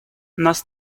нас